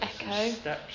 echo